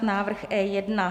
Návrh E1.